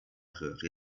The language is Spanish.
geografía